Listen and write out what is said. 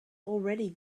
already